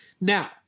Now